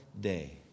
day